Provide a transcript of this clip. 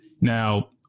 Now